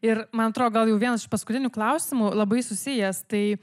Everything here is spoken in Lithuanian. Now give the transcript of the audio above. ir man atrodo gal jau vienas iš paskutinių klausimų labai susijęs tai